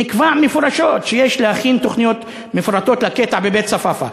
נקבע מפורשות שיש להכין תוכניות מפורטות לקטע בבית-צפאפא?